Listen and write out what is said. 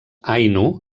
ainu